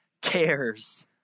cares